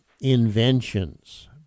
inventions